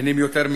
הנהנים יותר מדי.